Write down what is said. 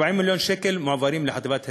40 מיליון שקל מועברים לחטיבה להתיישבות.